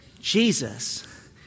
Jesus